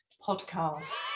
podcast